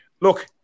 Look